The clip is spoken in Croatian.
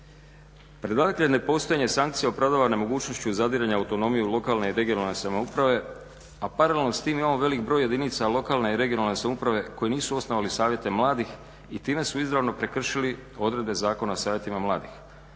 Predlagatelj nepostojanje sankcija opravdava nemogućnošću zadiranja autonomije u lokalne i regionalne samouprave a paralelno s tim imamo veliki broj jedinica lokalne i regionalne samouprave koji nisu osnovali savjete mladih i time su izravno prekršili odredbe Zakona o savjetima mladih.